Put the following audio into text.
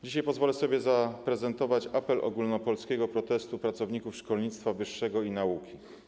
Dzisiaj pozwolę sobie zaprezentować apel ogólnopolskiego protestu pracowników szkolnictwa wyższego i nauki.